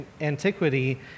antiquity